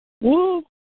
Woo